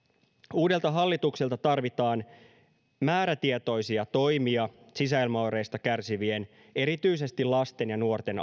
uudelta hallitukselta tarvitaan määrätietoisia toimia sisäilmaoireista kärsivien erityisesti lasten ja nuorten